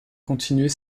continuer